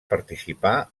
participar